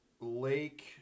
Lake